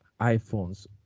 iPhones